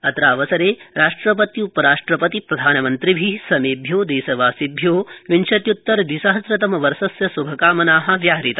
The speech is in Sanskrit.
अत्रावसरे राष्ट्रपत्य्प राष्ट्रपति प्रधान मन्त्रिभि समेभ्यो देशवासिभ्यो विंशत्युत्तर द्विसहस्रतमवर्षस्य श्भकामना व्याहृता